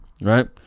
right